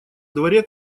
дворе